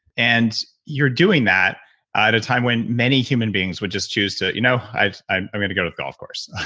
and you're doing that at a time when many human beings would just choose to you know, i i um gonna go to the golf course.